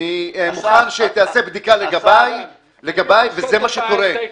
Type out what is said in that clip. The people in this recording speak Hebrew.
אני מוכן שתעשה בדיקה לגביי, וזה מה שקורה.